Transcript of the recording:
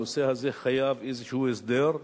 הנושא הזה חייב איזשהו הסדר,